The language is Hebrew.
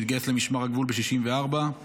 התגייס למשמר הגבול ב-1964,